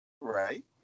Right